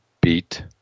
beat